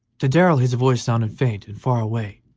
to darrell his voice sounded faint and far away,